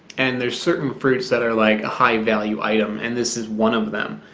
and there's certain fruits that are like a high-value item and this is one of them.